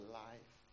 life